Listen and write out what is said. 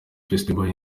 festival